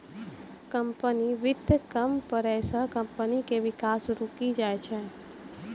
company वित्त कम पड़ै से कम्पनी के विकास रुकी जाय छै